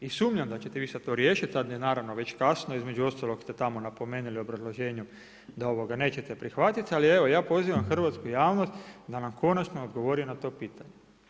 I sumnjam da ćete vi to riješiti, sada je naravno već kasno, između ostalog ste tamo napomenuli u obrazloženju da nećete prihvatiti, ali evo ja pozivam hrvatsku javnost da nam konačno odgovori na to pitanje.